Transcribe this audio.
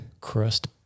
Crust